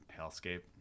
hellscape